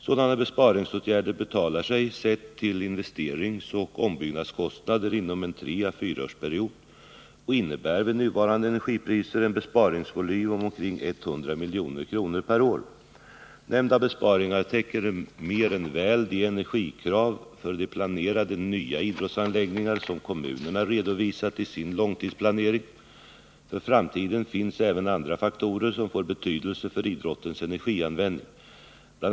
Sådana besparingsåtgärder betalar sig — sett till investeringsoch ombyggnadskostnader — inom en period av tre å fyra år och innebär vid nuvarande energipriser en besparingsvolym av omkring 100 milj.kr. per år. Nämnda besparingar täcker mer än väl de energikrav för planerade nya idrottsanläggningar som kommunerna redovisat i sin långtidsplanering . För framtiden finns även andra faktorer som får betydelse för idrottens energianvändning. Bl.